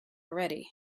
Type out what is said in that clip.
already